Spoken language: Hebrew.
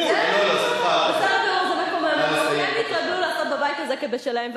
כי הם התרגלו לעשות בבית הזה כבשלהם.